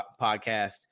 podcast